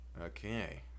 Okay